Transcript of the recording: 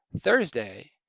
Thursday